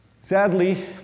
Sadly